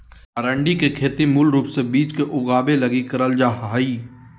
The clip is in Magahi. अरंडी के खेती मूल रूप से बिज के उगाबे लगी करल जा हइ